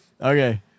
Okay